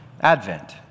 Advent